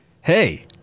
hey